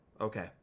okay